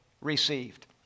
received